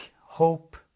hope